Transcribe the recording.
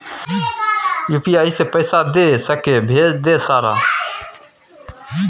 UPI से पैसा दे सके भेज दे सारा?